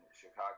Chicago